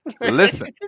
Listen